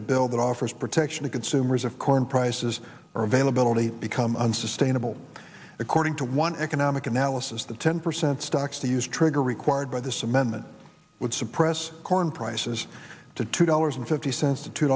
the bill that offers protection to consumers of corn prices or availability become unsustainable according to one economic analysis the ten percent stocks to use trigger required by this amendment would suppress corn prices to two dollars and fifty cents to two